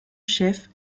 chef